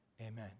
Amen